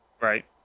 Right